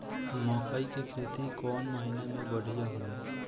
मकई के खेती कौन महीना में बढ़िया होला?